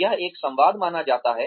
यह एक संवाद माना जाता है